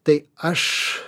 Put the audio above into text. tai aš